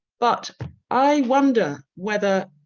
but i wonder whether